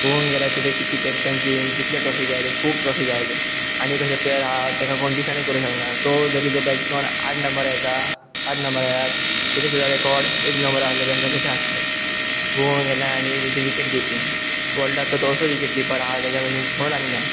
पळोवंक गेल्या तेजा कितकी कॅप्टन्सीन कितले ट्रॉफी गावले खूब ट्रॉफी गावली आनी कशे प्लेयर आसा ताका कोण डिफेंड करूं शकना तो जरी जो बॅट्समॅन आट नंबर येता सात नंबर येत तेजो सुद्दां रकॉर्ड एक नंबर आसले बॅट्मॅन तेचे आसत पळोवंक गेल्या आनी तेज विकेट किपींग वल्ड आसा तो असो विकेट किपर आसा तेज भशेन कोणूच आनी